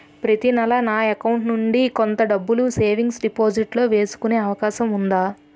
ప్రతి నెల నా అకౌంట్ నుండి కొంత డబ్బులు సేవింగ్స్ డెపోసిట్ లో వేసుకునే అవకాశం ఉందా?